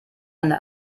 eine